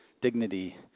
dignity